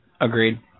Agreed